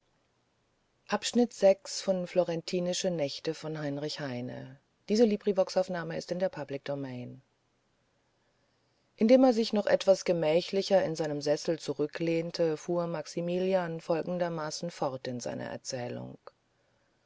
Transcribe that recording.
indem er sich noch etwas gemächlicher in seinem sessel zurücklehnte fuhr maximilian folgendermaßen fort in seiner erzählung